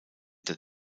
der